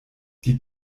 die